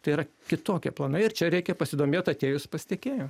tai yra kitokie planai ir čia reikia pasidomėt atėjus pas tiekėją